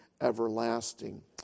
everlasting